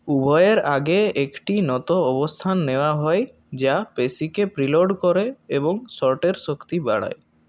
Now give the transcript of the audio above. উভয়ের আগে একটি নত অবস্থান নেওয়া হয় যা পেশিকে প্রিলোড করে এবং শটের শক্তি বাড়ায়